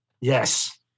Yes